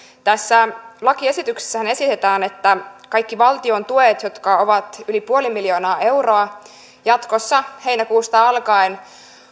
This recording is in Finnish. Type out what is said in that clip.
tässä lakiesityksessähän esitetään että kaikki valtiontuet jotka ovat yli nolla pilkku viisi miljoonaa euroa jatkossa heinäkuusta alkaen